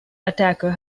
attacker